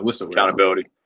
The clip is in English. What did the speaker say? Accountability